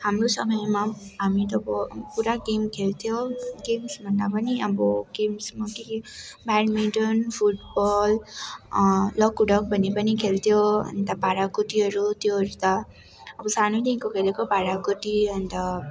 हाम्रो समयमा हामी त अब पुरा गेम खेल्थ्यो गेम्स भन्दा पनि अब गेम्समा के के ब्याडमिन्टन फुटबल लकुडक भन्ने पनि खेल्थ्यो अन्त भाँडाकुटीहरू त्योहरू त अब सानैदेखिको खेलेको भाँडाकुटी अन्त